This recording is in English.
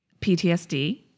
PTSD